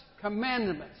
commandments